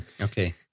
Okay